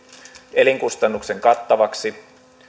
elinkustannukset kattavaksi